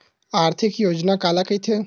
आर्थिक योजना काला कइथे?